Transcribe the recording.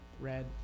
Red